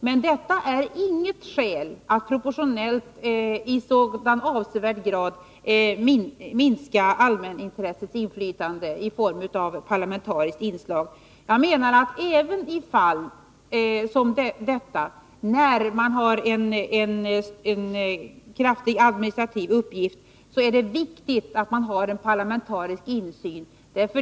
Men detta är inget skäl att proportionellt i avsevärd grad minska allmänintressets inflytande i form av parlamentariskt inslag: Även i fall som detta, när man har en klar administrativ uppgift, är det viktigt att ha en parlamentarisk insyn.